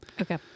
Okay